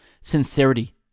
Sincerity